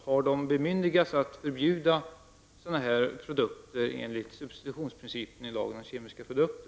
Har de bemyndigats att förbjuda sådana här produkter enligt substitutionsprincipen i lagen om kemiska produkter?